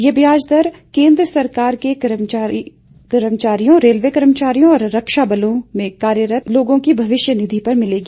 यह ब्याज दर केंद्र सरकार के कर्मचारियोंए रेलवे कर्मचारियों और रक्षा बलों में कार्यरत लोगों की भविष्य निधि पर मिलेगी